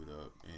up